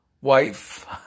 wife